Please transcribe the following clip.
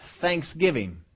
thanksgiving